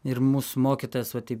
ir mūsų mokytojas va teip